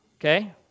okay